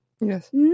Yes